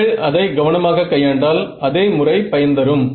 நீங்கள் அதை கவனமாக கையாண்டால் அதே முறை பயன் தரும்